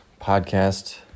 podcast